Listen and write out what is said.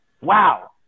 Wow